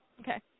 Okay